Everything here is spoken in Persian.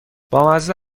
بامزه